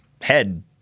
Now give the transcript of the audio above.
head